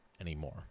anymore